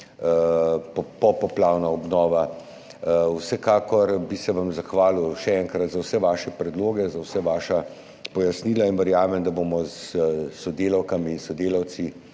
Popoplavna obnova. Vsekakor bi se vam zahvalil še enkrat za vse vaše predloge, za vsa vaša pojasnila. Verjamem, da bomo s sodelavkami in sodelavci,